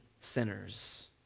sinners